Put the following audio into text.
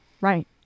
Right